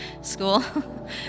school